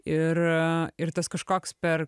ir ir tas kažkoks per